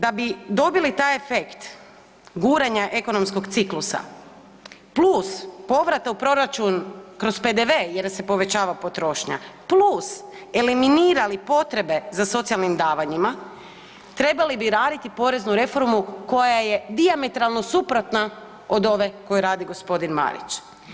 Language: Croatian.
Da bi dobili taj efekt guranja ekonomskog ciklusa plus povrata u proračun kroz PDV jer se povećava potrošnja plus eliminirali potrebe za socijalnim davanjima trebali bi raditi poreznu reformu koja je dijametralno suprotna od ove koju radi gospodin Marić.